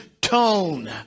tone